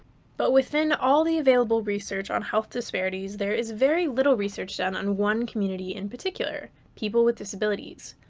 but within all the available research on health disparities, there is very little research done on one community in particular people with disabilities.